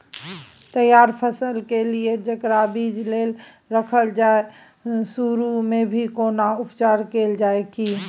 तैयार फसल के लिए जेकरा बीज लेल रखल जाय सुरू मे भी कोनो उपचार कैल जाय की?